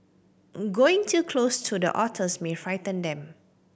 going too close to the otters may frighten them